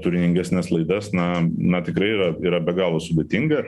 turiningesnes laidas na na tikrai yra yra be galo sudėtinga